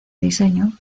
diseño